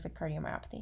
cardiomyopathy